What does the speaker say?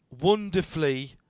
wonderfully